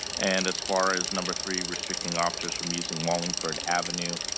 and as far as number three, restricting officers from using wallingford avenue,